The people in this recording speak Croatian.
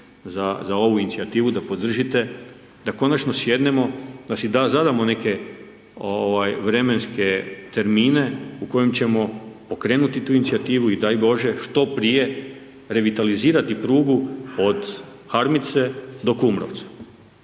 za ovu inicijativu da podržite da konačno sjednemo, da si zadamo neke vremenske termine u kojem ćemo pokrenuti tu inicijativu i daj Bože što prije revitalizirati prugu od Harmice do Kumrovca.